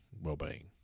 well-being